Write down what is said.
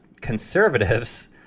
conservatives